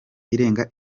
irenga